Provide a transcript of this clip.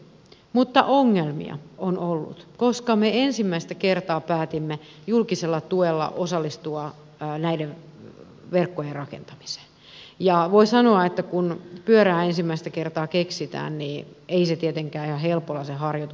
mutta ongelmia on ollut koska me ensimmäistä kertaa päätimme julkisella tuella osallistua näiden verkkojen rakentamiseen ja voi sanoa että kun pyörää ensimmäistä kertaa keksitään niin ei se harjoitus tietenkään ihan helpolla synny